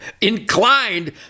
inclined